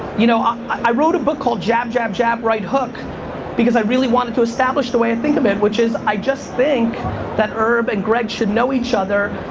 you know ah i wrote a book called jab, jab, jab, right hook because i really wanted to establish the way i think of it which is i just think that herb and greg should know each other.